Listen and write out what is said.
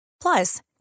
Plus